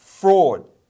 fraud